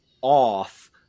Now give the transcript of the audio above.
off